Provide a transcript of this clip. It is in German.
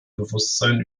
bewusstsein